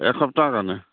এসপ্তাহৰ কাৰণে